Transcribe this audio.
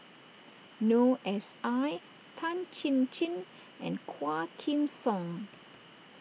Noor S I Tan Chin Chin and Quah Kim Song